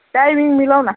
timing मिलाऊ न